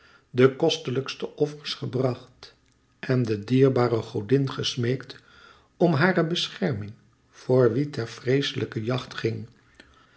de kostelijkste offers gebracht en de dierbare godin gesmeekt om hare bescherming voor wie ter vreeslijke jacht ging